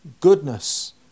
goodness